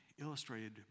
illustrated